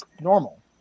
normal